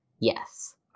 Yes